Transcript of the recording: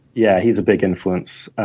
yeah, he's a big influence,